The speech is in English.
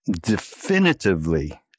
definitively